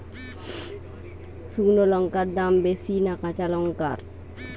শুক্নো লঙ্কার দাম বেশি না কাঁচা লঙ্কার?